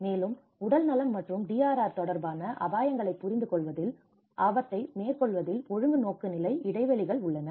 மேலும் உடல்நலம் மற்றும் DRR தொடர்பான அபாயங்களைப் புரிந்துகொள்வதில் ஆபத்தை மேற்கொள்வதில் ஒழுங்கு நோக்கு நிலை இடைவெளிகள் உள்ளன